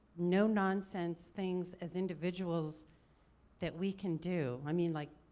no-nonsense things as individuals that we can do? i mean like,